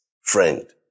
friend